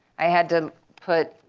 i had to put